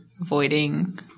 avoiding